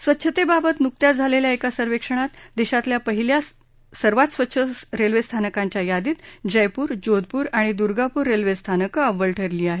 स्वच्छतेबाबत नुकत्याच झालेल्या एका सर्वेक्षणात देशातल्या पहिल्या सर्वात स्वच्छ रेल्वे स्थानकांच्या यादीत जयपूर जोधपूर आणि दुर्गापूर रेल्वेस्थानकं अव्वल ठरली आहेत